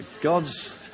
God's